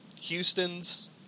Houston's